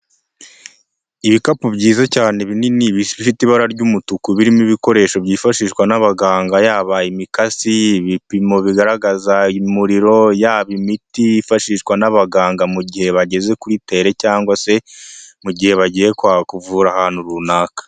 Ibikapu byiza cyane binini bifite ibara ry'umutuku, birimo ibikoresho byifashishwa n'abaganga yaba imikasi, ibipimo bigaragaza umuriro, yaba imiti yifashishwa n'abaganga, mu gihe bageze kuri tere cyangwag se mu gihe bagiye kuvura ahantu runaka.